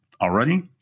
Already